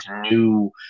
new